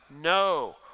No